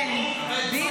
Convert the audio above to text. עם --- כן, בדיוק.